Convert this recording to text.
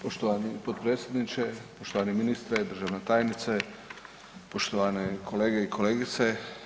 Poštovani potpredsjedniče, poštovani ministre, državna tajnice, poštovane kolege i kolegice.